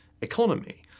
economy